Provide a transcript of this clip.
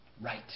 right